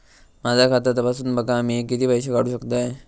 माझा खाता तपासून बघा मी किती पैशे काढू शकतय?